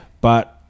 But-